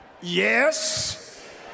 yes